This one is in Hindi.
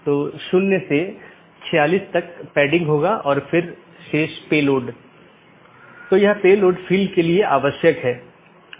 एक स्टब AS केवल स्थानीय ट्रैफ़िक ले जा सकता है क्योंकि यह AS के लिए एक कनेक्शन है लेकिन उस पार कोई अन्य AS नहीं है